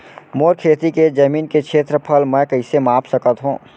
मोर खेती के जमीन के क्षेत्रफल मैं कइसे माप सकत हो?